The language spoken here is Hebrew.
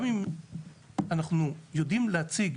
גם אם אנחנו יודעים להציג